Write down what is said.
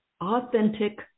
authentic